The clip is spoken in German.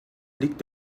liegt